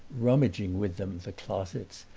rummaging with them the closets,